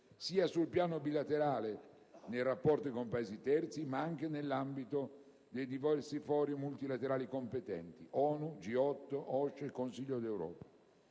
sia sul piano bilaterale dei rapporti con i Paesi terzi che nell'ambito dei diversi fori multilaterali competenti (ONU, G8, OSCE e Consiglio d'Europa).